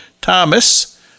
Thomas